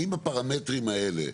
האם הפרמטרים האלה,